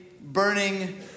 burning